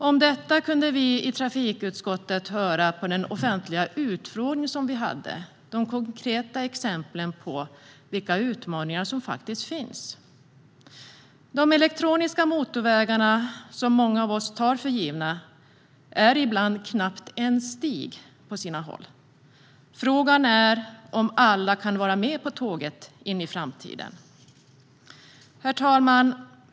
Om detta kunde vi i trafikutskottet höra under den offentliga utfrågning som vi hade. Det var konkreta exempel på vilka utmaningar som faktiskt finns. De elektroniska motorvägarna, som många av oss tar för givna, är på sina håll ibland knappt en stig. Frågan är om alla kan vara med på tåget in i framtiden. Herr talman!